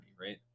right